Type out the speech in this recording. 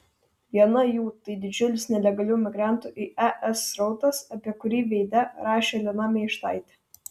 viena jų tai didžiulis nelegalių migrantų į es srautas apie kurį veide rašė lina meištaitė